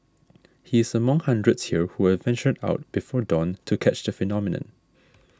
he is among hundreds here who have ventured out before dawn to catch the phenomenon